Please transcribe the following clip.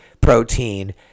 protein –